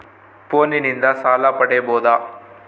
ಫೋನಿನಿಂದ ಸಾಲ ಪಡೇಬೋದ?